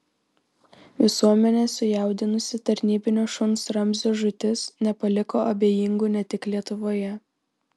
visuomenę sujaudinusi tarnybinio šuns ramzio žūtis nepaliko abejingų ne tik lietuvoje